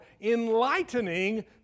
enlightening